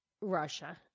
Russia